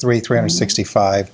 three three hundred sixty five